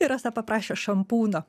ir rasa paprašė šampūno